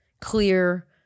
clear